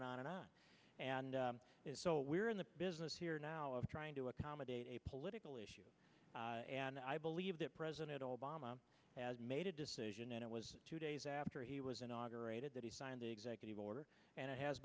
and on and on and so we're in the business here now of trying to accommodate a political issue and i believe that president obama has made a decision and it was two days after he was inaugurated that he signed the executive order and it has